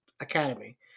academy